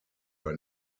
were